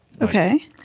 Okay